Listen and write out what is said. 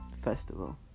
festival